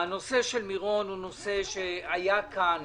נושא מירון עלה כאן